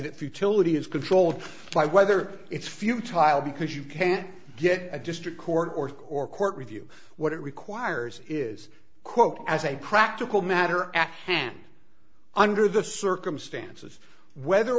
that futility is controlled by whether it's few trial because you can't get a district court order or court review what it requires is quote as a practical matter at hand under the circumstances whether